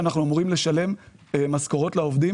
אני משתמש בהם לשם הדיור הממשלתי.